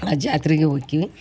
ಆ ಜಾತ್ರೆಗೆ ಹೋಕ್ಕಿವಿ